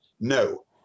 No